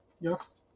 yes